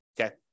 Okay